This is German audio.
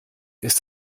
ist